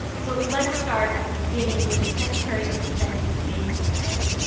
so let's start at the beginning with the secretary of defense, james mattis.